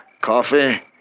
coffee